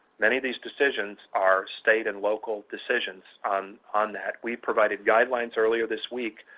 many of these decisions are state and local decisions on on that. we provided guidelines earlier this week